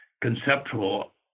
conceptual